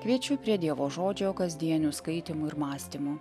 kviečiu prie dievo žodžio kasdienių skaitymų ir mąstymų